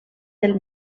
del